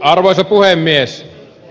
arvoisa puhemies